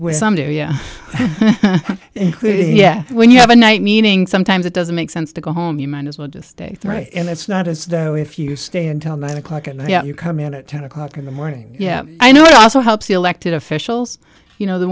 why some do yeah yeah when you have a night meaning sometimes it doesn't make sense to go home you might as well just stay right and it's not as though if you stay until nine o'clock and you come in at ten o'clock in the morning yeah i know it also helps the elected officials you know the